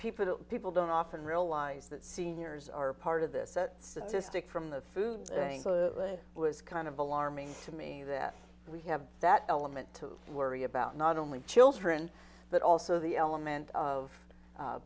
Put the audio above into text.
that people don't often realize that seniors are part of this a statistic from the food was kind of alarming to me that we have that element to worry about not only children but also the element of